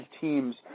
teams